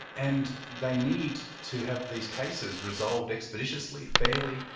and they need to have these cases resolved expeditiously, fairly,